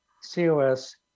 C-O-S